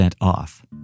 off